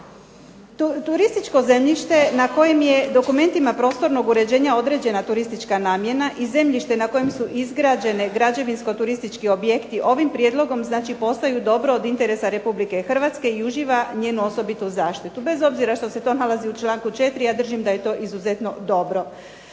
Turističko zemljište na kojem je dokumentima prostornog uređenja određena turistička namjena i zemljište na kojem su izgrađeni građevinsko-turistički objekti ovim prijedlogom znači postaju dobro od interesa RH i uživa njenu osobitu zaštitu. Bez obzira što se to nalazi u čl. 4. ja držim da je to izuzetno dobro.